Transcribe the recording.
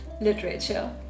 literature